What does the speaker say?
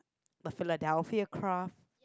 my Philadelphia Kraft